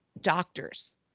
doctors